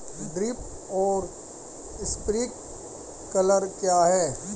Drip और sprinkler क्या हैं?